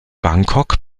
bangkok